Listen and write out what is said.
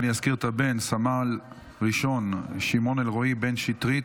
אני אזכיר את הבן: סמל ראשון שמעון אלרואי בן שטרית,